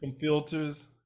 filters